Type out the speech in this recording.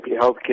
healthcare